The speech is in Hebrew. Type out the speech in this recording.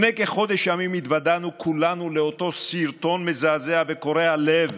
לפני כחודש ימים התוודענו כולנו לאותו סרטון מזעזע וקורע לב